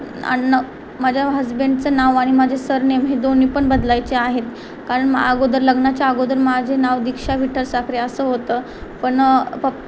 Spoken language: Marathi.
आडनाव माझ्या हजबंडचं नाव आणि माझे सरनेम हे दोन्ही पण बदलायचे आहेत कारण अगोदर लग्नाच्या अगोदर माझे नाव दीक्षा विठ्ठल साखरे असं होतं पण पप